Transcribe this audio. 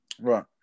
right